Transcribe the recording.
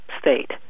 state